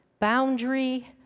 boundary